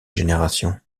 générations